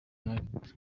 united